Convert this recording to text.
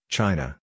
China